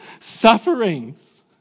sufferings